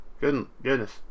goodness